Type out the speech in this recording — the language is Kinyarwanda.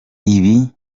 ibi